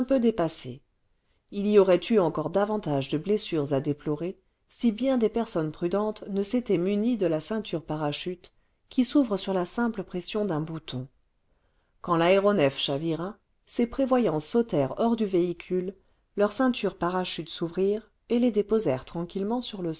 dépassé il y aurait eu encore davantage de blessures à déplorer si bien des personnes prudentes ne s'étaient munies de la ceinture parachute qui s'ouvre sur la simple pression d'un bouton quand l'aéronef chavira ces prévoyants sautèrent hors du véhicule leurs ceintures parachutes s'ouvrirent et les déposèrent tranquillemeut sur le